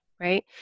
right